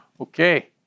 Okay